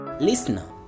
Listener